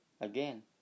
again